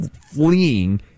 fleeing